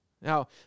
Now